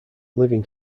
living